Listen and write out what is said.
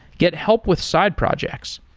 get help with side projects,